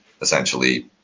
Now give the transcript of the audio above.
essentially